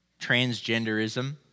transgenderism